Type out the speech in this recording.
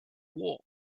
war